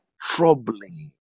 troubling